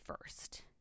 first